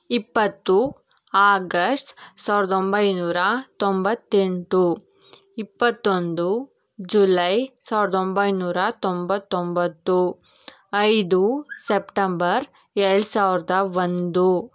ಇಪ್ಪತ್ತು ಆಗಸ್ಟ್ ಸಾವಿರದ ಒಂಬೈನೂರ ತೊಂಬತ್ತೆಂಟು ಇಪ್ಪತ್ತೊಂದು ಜುಲೈ ಸಾವಿರದ ಒಂಬೈನೂರ ತೊಂಬತ್ತೊಂಬತ್ತು ಐದು ಸೆಪ್ಟಂಬರ್ ಎರಡು ಸಾವಿರದ ಒಂದು